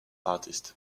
artist